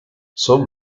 son